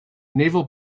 naval